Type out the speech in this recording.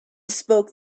spoke